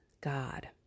God